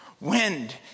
wind